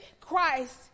Christ